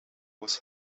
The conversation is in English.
was